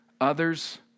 others